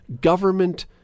Government